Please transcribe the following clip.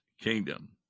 kingdom